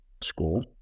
school